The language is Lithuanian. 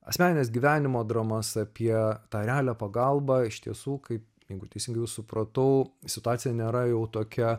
asmenines gyvenimo dramas apie tą realią pagalbą iš tiesų kaip jeigu teisingai supratau situacija nėra jau tokia